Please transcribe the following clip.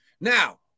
Now